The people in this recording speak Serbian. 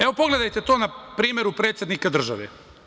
Evo, pogledajte to na primeru predsednika države.